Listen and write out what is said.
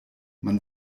man